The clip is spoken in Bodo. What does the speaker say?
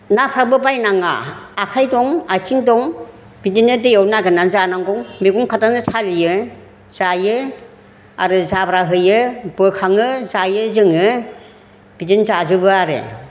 नाफ्राबो बायनाङा आखाइ दं आथिं दं बिदिनो दैयाव नागिरनानै जानांगौ मैगं खादाजों सालियो जायो आरो जाब्रा होयो बोखाङो जायो जोङो बिदिनो जाजोबो आरो